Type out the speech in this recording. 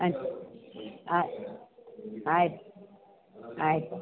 ಆಯ್ತು ಆಯ್ತು ಆಯ್ತು